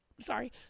sorry